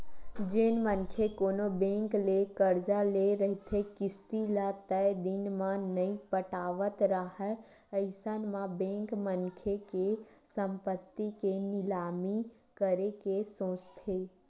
जेन मनखे कोनो बेंक ले करजा ले रहिथे किस्ती ल तय दिन म नइ पटावत राहय अइसन म बेंक मनखे के संपत्ति के निलामी करे के सोचथे